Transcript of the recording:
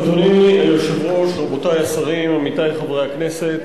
אדוני היושב-ראש, רבותי השרים, עמיתי חברי הכנסת,